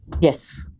Yes